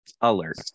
alert